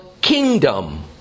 kingdom